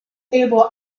able